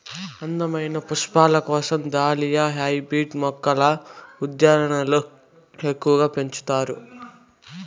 అందమైన పుష్పాల కోసం దాలియా హైబ్రిడ్ మొక్కలను ఉద్యానవనాలలో ఎక్కువగా పెంచుతారు